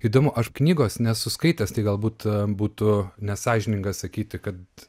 įdomu aš knygos nesu skaitęs tai galbūt būtų nesąžininga sakyti kad